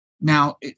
Now